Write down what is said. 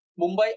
Mumbai